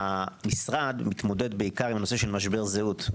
המשרד מתמודד בעיקר בנושא של משבר זהות,